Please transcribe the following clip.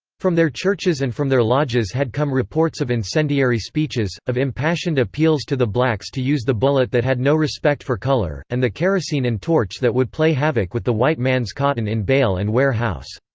from their churches and from their lodges had come reports of incendiary speeches, of impassioned appeals to the blacks to use the bullet that had no respect for color, and the kerosene and torch that would play havoc with the white man's cotton in bale and ware house.